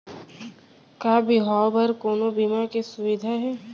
का बिहाव बर कोनो बीमा के सुविधा हे?